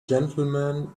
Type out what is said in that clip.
gentleman